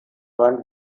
seinen